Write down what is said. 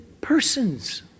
persons